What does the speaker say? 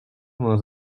dans